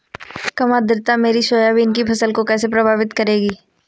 कम आर्द्रता मेरी सोयाबीन की फसल को कैसे प्रभावित करेगी?